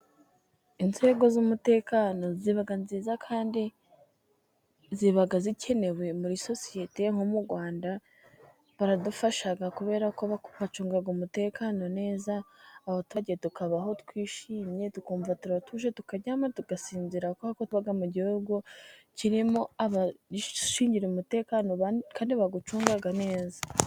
Inzego z'umutekano ziba nziza kandi ziba zikenewe muri sosiyete, nko mu Rwanda baradufasha kubera ko bacunga umutekano neza abaturage tukabaho twishimye, tukumva turatuje tukaryama tugasinzira, kubera ko tuba mu gihugu kirimo abaducungira umutekano kandi bawucunga neza.